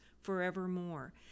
forevermore